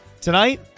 tonight